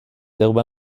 darüber